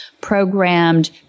programmed